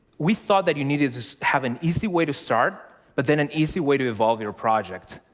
we thought that you needed to have an easy way to start, but then an easy way to evolve your project,